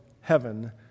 heaven